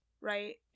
right